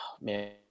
man